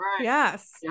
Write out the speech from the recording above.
Yes